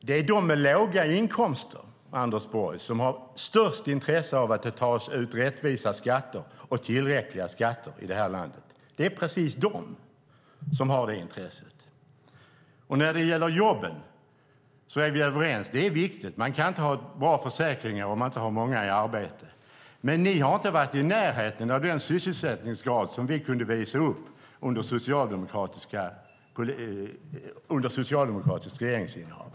Det är de med låga inkomster, Anders Borg, som har störst intresse av att det tas ut rättvisa och tillräckliga skatter i det här landet. Det är just de som har detta intresse. När det gäller jobben är vi överens. Detta är viktigt. Man kan inte ha bra försäkringar om man inte har många i arbete. Men ni har inte varit i närheten av den sysselsättningsgrad som vi kunde visa upp under socialdemokratiskt regeringsinnehav.